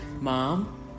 mom